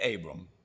Abram